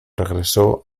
regresó